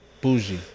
Bougie